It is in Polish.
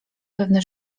pewne